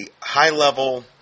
high-level